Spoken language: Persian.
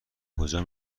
کجا